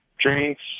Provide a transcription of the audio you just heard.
drinks